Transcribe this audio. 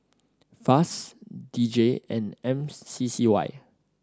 FAS D J and M C C Y